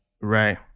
Right